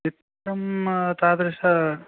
नित्यं तादृश